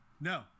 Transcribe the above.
No